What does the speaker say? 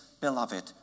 Beloved